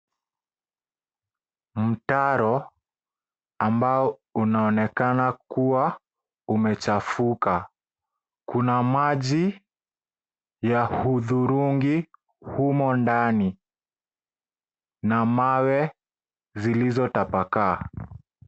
Mtaro ambao unaonekana kuwa umechafuka, kuna maji ya hudhurungi humo ndani na mawe zilizotapakaa.